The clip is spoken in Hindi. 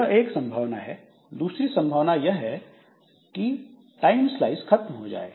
यह एक संभावना है दूसरी संभावना यह है कि टाइमस्लाइस खत्म हो जाए